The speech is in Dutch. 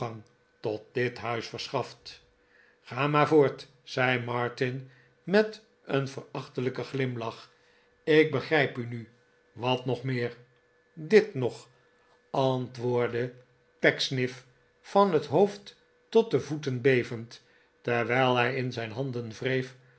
tot dit huis verschaft ga maar voort zei martin met een verachtelijken glimlach ik begrijp u nu wat nog meer dit nog mijnheer antwoordde pecksniff van het hoofd tot de voeten bevend terwijl hij in zijn handen wreef